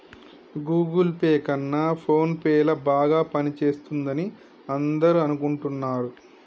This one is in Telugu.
గూగుల్ పే కన్నా ఫోన్ పే ల బాగా పనిచేస్తుందని అందరూ అనుకుంటున్నారు